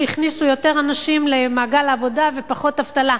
שהכניסו יותר אנשים למעגל העבודה ויש פחות אבטלה,